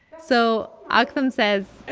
so ah aktham says.